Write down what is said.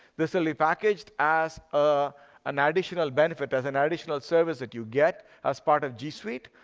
this will be packaged as ah an ah additional benefit, as an ah additional service that you get as part of g suite.